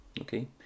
okay